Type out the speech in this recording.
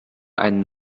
einen